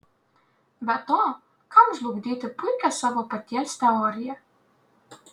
be to kam žlugdyti puikią savo paties teoriją